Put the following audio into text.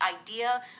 idea